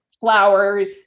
flowers